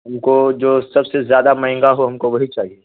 ہم کو جو سب سے زیادہ مہنگا ہو ہم کو وہی چاہیے